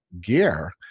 gear